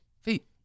feet